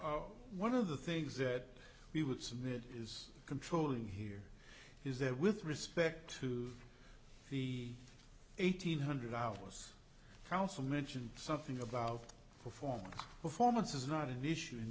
the one of the things that we would submit is controlling here is that with respect to the eight hundred hours counsel mentioned something about performance performance is not an issue in